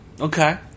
okay